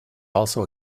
also